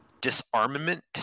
disarmament